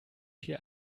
viel